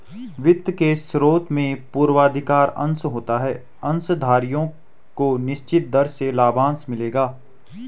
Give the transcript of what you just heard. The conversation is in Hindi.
वित्त के स्रोत में पूर्वाधिकार अंश होता है अंशधारियों को निश्चित दर से लाभांश मिलेगा